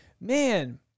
man